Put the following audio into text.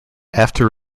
after